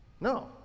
No